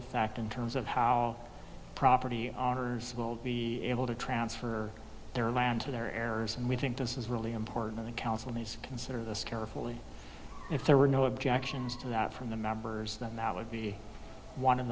fact in terms of how property owners will be able to transfer their land to their errors and we think this is really important in the council needs to consider this carefully if there were no objections to that from the members then that would be one of